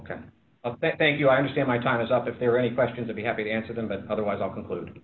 ok thank you i understand my time is up if there were any questions to be happy to answer them but otherwise i'll conclude